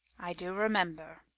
i do remember.